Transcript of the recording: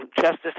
Justice